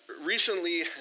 Recently